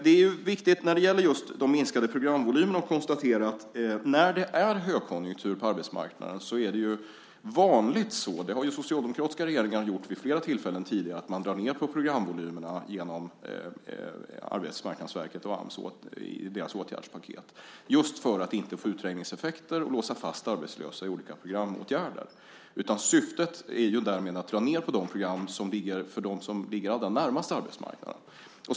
När det gäller de minskade programvolymerna är det viktigt att konstatera att det under högkonjunktur på arbetsmarknaden är vanligt - det har socialdemokratiska regeringar gjort vid flera tillfällen tidigare - att man drar ned på programvolymerna i Arbetsmarknadsverkets och Ams åtgärdspaket, just för att inte få utträngningseffekter och låsa fast arbetslösa i olika programåtgärder. Syftet är att dra ned på programmen för dem som ligger allra närmast arbetsmarknaden.